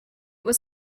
was